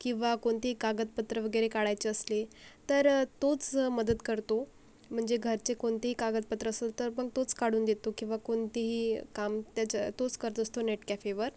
किंवा कोणतीही कागदपत्रं वगैरे काढायची असली तर तोच मदत करतो म्हणजे घरचे कोणतेही कागदपत्र असेल तर पंक तोच काढून देतो किंवा कोणतेही काम त्याचा तोच करतोस तो नेट कॅफेवर